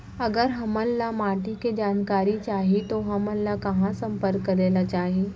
अगर हमन ला माटी के जानकारी चाही तो हमन ला कहाँ संपर्क करे ला चाही?